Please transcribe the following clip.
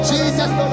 Jesus